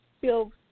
feel